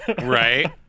Right